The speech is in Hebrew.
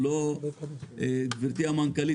גברתי המנכ"לית,